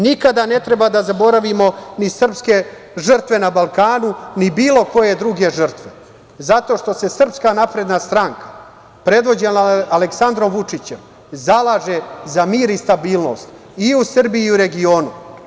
Nikada ne treba da zaboravimo ni srpske žrtve na Balkanu, ni bilo koje druge žrtve zato što se SNS predvođena Aleksandrom Vučićem zalaže i za mir i stabilnost i u Srbiji i regionu.